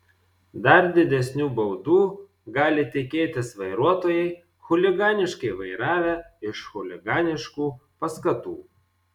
dar didesnių baudų gali tikėtis vairuotojai chuliganiškai vairavę iš chuliganiškų paskatų